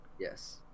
yes